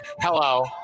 Hello